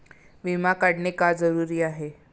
विमा काढणे का जरुरी आहे?